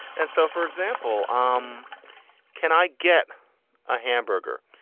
and so, for example, um can i get a hamburger?